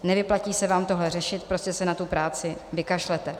Nevyplatí se vám tohle řešit, prostě se na tu práci vykašlete.